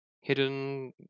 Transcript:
hidden